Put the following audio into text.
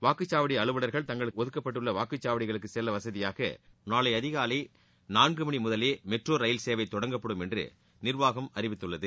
வாக்குச்சாவடி அலுவவர்கள் தங்களுக்கு ஒதுக்கப்பட்டுள்ள வாக்குச்சாவடிகளுக்கு செல்ல வசதியாக நாளை அதிகாலை நான்கு மணி முதலே மெட்ரோ ரயில் சேவை தொடங்கப்படும் என்று நிர்வாகம் அறிவித்துள்ளது